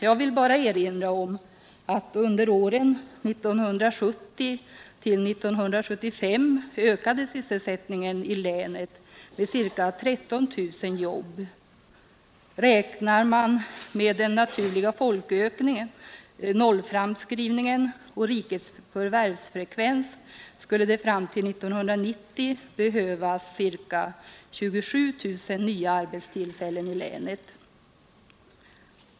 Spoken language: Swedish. Jag vill bara erinra om att sysselsättningen i länet ökade med ca 13 000 jobb under åren 1970-1975. Räknar man med den naturliga folkökningen — nollframskrivningen — och rikets förvärvsfrekvens, skulle det fram till 1990 behövas ca 27 000 nya arbetstillfällen i länet.